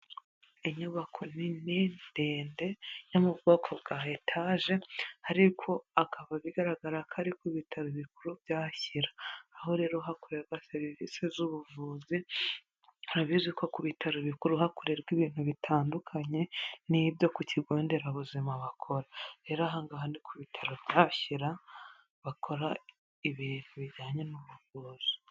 Inyubako nini ndende yo mu bwoko bwa etaje ariko akaba bigaragara ko ari ku bitaro bikuru bya Shyira. Aho rero hakorerwa serivise z'ubuvuzi, urabizi ko ku bitaro bikuru hakorerwa ibintu bitandukanye n'ibyo ku kigo nderabuzima bakora. Rero ahangaha ni ku bitaro bya Shyira, bakora ibintu bijyanye n'ubuvuzi.